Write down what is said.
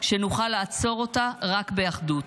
שנוכל לעצור אותה רק באחדות.